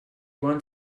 want